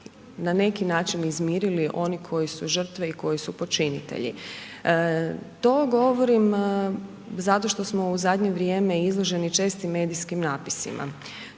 na neki način izmirili oni koji su žrtve i koji su počinitelji. To govorim zato što smo u zadnje vrijeme izloženi čestim medijskim natpisima,